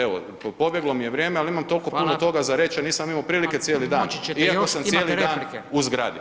Evo pobjeglo mi je vrijeme, al imam tolko puno toga za reć, a nisam imo prilike cijeli dan, iako sam cijeli dan u zgradi.